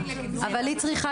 היא צריכה